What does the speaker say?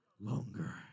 longer